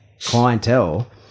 clientele